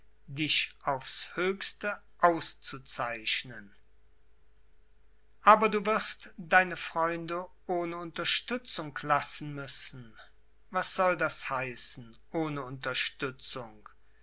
dich auf's höchste auszuzeichnen aber du wirst deine freunde ohne unterstützung lassen müssen was soll das heißen ohne unterstützung